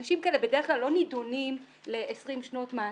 אנשים כאלה בדרך כלל לא נידונים ל-20 שנות מאסר.